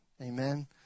Amen